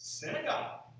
synagogue